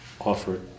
offered